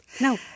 No